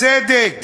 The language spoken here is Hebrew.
צדק